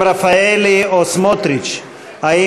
אין